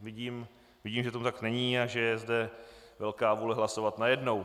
Vidím, že tomu tak není a že je zde velká vůle hlasovat najednou.